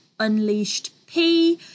UnleashedP